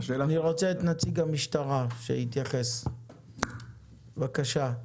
נציג המשטרה, בבקשה.